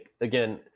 again